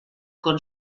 con